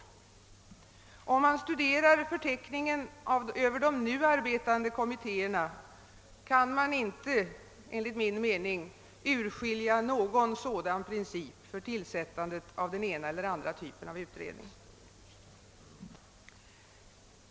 Men om man studerar förteckningen över de nu arbetande kommittéerna kan man inte urskilja någon - sådan princip för tillsättandet av den ena eller andra typen av utredning.